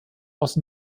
aus